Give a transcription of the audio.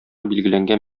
билгеләнгән